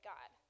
God